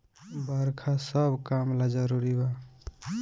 बरखा सब काम ला जरुरी बा